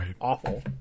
awful